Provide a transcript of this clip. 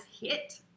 HIT